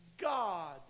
God